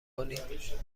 کنید